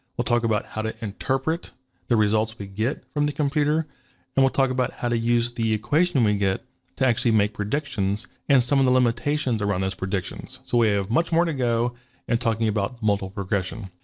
we'll talk about how to interpret the results we get from the computer and we'll talk about how to use the equation we get to actually make predictions and some of the limitations around those predictions. so we have much more to go in and talking about multiple regression.